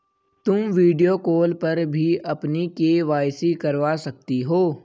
तुम video call पर भी अपनी के.वाई.सी करवा सकती हो